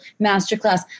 masterclass